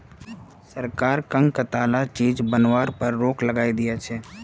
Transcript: सरकार कं कताला चीज बनावार पर रोक लगइं दिया छे